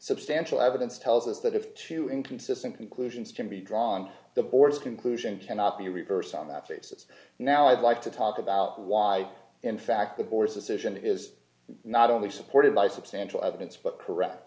substantial evidence tells us that if two inconsistent conclusions can be drawn the boards conclusion cannot be reversed on that basis now i'd like to talk about why in fact the board's decision is not only supported by substantial evidence but correct